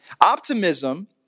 Optimism